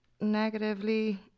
negatively